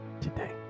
today